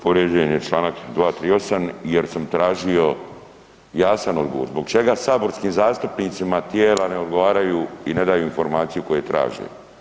Povrijeđen je čl. 238. jer sam tražio jasan odgovor zbog čega saborskim zastupnicima tijela ne odgovaraju i ne daju informacije koje traže.